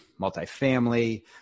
multifamily